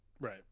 Right